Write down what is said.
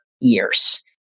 years